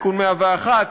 תיקון 101,